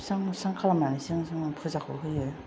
सुस्रां बुस्रां खालामनानैसो जों फुजाखौ होयो